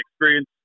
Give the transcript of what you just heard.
experience